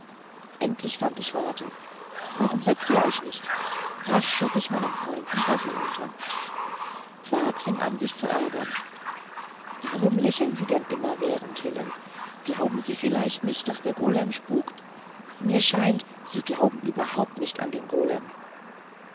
endlich fand ich worte aber warum setzt ihr euch denn nicht rasch schob ich meinen beiden freunden sessel unter zwakh fing an sich zu ärgern warum lächeln sie denn immerwährend hillel glauben sie vielleicht nicht daß der golem spukt mir scheint sie glauben überhaupt nicht an den